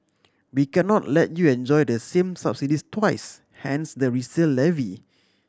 we cannot let you enjoy the same subsidies twice hence the resale levy